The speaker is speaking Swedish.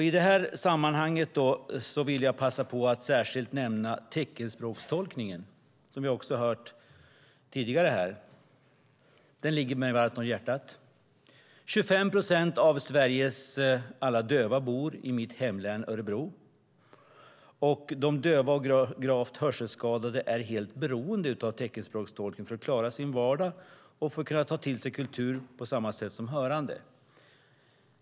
I det här sammanhanget vill jag passa på att särskilt nämna teckenspråkstolkningen som även andra har talat om. Den ligger mig varmt om hjärtat. 25 procent av Sveriges alla döva bor i mitt hemlän Örebro. De döva och gravt hörselskadade är helt beroende av teckenspråkstolkning för att klara sin vardag och för att kunna ta till sig kultur på samma sätt som hörande.